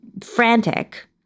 frantic